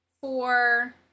four